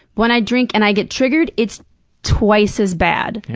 when i drink and i get triggered, it's twice as bad.